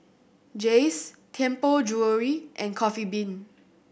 Jays Tianpo Jewellery and Coffee Bean